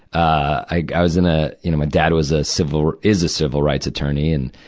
i was in a, you know, my dad was a civil ri, is a civil rights attorney. and,